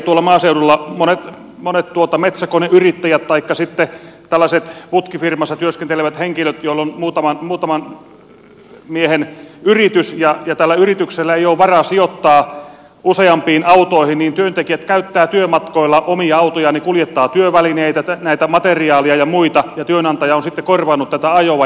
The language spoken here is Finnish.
tuolla maaseudulla monet metsäkoneyrittäjät taikka sitten tällaiset putkifirmassa työskentelevät henkilöt joilla on muutaman miehen yritys ja kun tällä yrityksellä ei ole varaa sijoittaa useampiin autoihin niin työntekijät käyttävät työmatkoillaan omia autojaan ja kuljettavat työvälineitä materiaalia ja muita ja työnantaja on sitten korvannut tätä ajoa